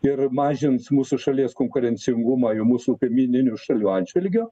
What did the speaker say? ir mažins mūsų šalies konkurencingumą ir mūsų kaimyninių šalių atžvilgiu